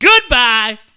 Goodbye